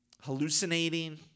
hallucinating